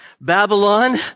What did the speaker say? Babylon